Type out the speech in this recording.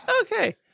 okay